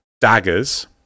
daggers